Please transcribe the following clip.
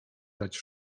dać